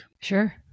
Sure